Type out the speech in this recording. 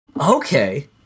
Okay